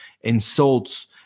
insults